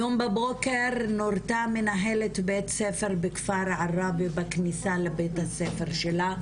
היום בבוקר נורתה מנהלת בית ספר בכפר עראבה בכניסה לבית הספר שלה,